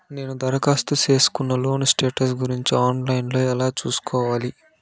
నేను దరఖాస్తు సేసుకున్న లోను స్టేటస్ గురించి ఆన్ లైను లో ఎలా సూసుకోవాలి?